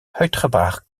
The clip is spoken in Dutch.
uitgebracht